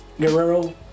Guerrero